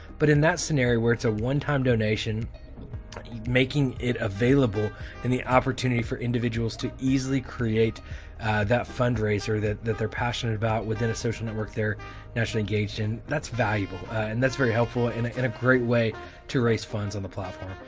but in that scenario where it's a one-time donation making it available and the opportunity for individuals to easily create that fundraiser that that they're passionate about within a social network they're nationally engaged and that's valuable and that's very helpful in in a great way to raise funds on the platform.